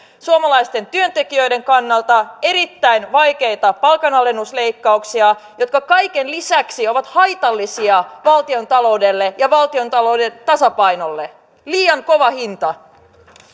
suomalaisten työntekijöiden kannalta erittäin vaikeita palkanalennuksia jotka kaiken lisäksi ovat haitallisia valtiontaloudelle ja valtiontalouden tasapainolle liian kova hinta